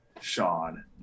Sean